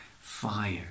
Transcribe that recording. fire